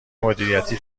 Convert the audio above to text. مدیریتی